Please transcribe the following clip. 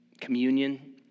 communion